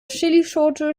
chillischote